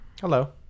Hello